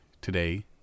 today